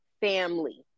family